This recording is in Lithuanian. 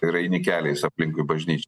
ir aini keliais aplinkui bažnyč